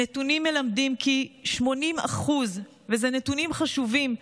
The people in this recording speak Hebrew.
הנתונים מלמדים, ואלה נתונים חשובים,